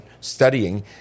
studying